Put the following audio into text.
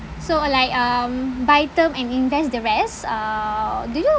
so uh like um buy term and invest the rest err do you